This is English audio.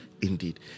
Indeed